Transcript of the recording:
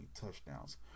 touchdowns